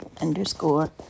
underscore